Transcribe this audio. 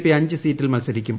P അഞ്ച് സീറ്റിൽ മത്സരിക്കും